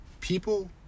People